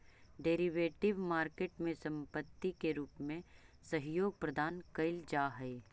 derivative market में संपत्ति के रूप में सहयोग प्रदान कैल जा हइ